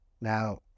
Now